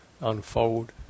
unfold